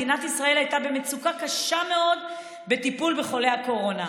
מדינת ישראל הייתה במצוקה קשה מאוד בטיפול בחולי הקורונה.